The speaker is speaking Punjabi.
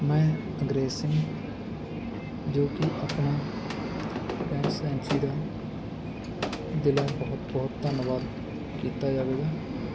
ਮੈਂ ਅੰਗਰੇਜ਼ ਸਿੰਘ ਜੋ ਕਿ ਆਪਣਾ ਗੈਸ ਏਨਸੀ ਦਾ ਦਿਲੋਂ ਬਹੁਤ ਬਹੁਤ ਧੰਨਵਾਦ ਕੀਤਾ ਜਾਵੇਗਾ